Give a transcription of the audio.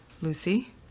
Lucy